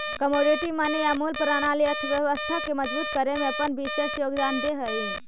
commodity money या मूल्य प्रणाली अर्थव्यवस्था के मजबूत करे में अपन विशेष योगदान दे हई